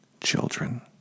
children